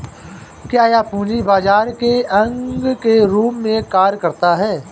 क्या यह पूंजी बाजार के अंग के रूप में कार्य करता है?